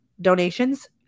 donations